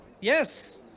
Yes